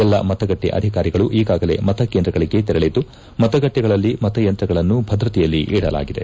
ಎಲ್ಲ ಮತಗಟ್ಟೆ ಅಧಿಕಾರಿಗಳು ಈಗಾಗಲೇ ಮತಕೇಂದ್ರಗಳಿಗೆ ತೆರಳಿದ್ದು ಮತಗಟ್ಟೆಗಳಲ್ಲಿ ಮತಯಂತ್ರಗಳನ್ನು ಭದ್ರತೆಯಲ್ಲಿ ಇಡಲಾಗಿದೆ